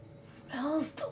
Smells